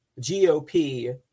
GOP